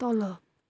तल